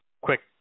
quick